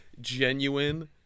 genuine